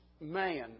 man